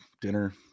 dinner